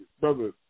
brother